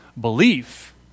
Belief